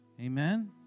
Amen